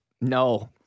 No